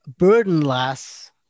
burdenless